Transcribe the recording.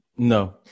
No